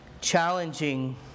challenging